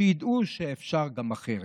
שידעו שאפשר גם אחרת.